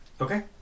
Okay